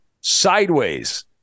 sideways